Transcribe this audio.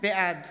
בעד